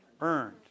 earned